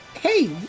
Hey